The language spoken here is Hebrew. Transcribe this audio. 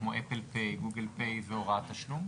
כמו Apple Pay ו-Google Pay הם הוראת תשלום?